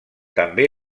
també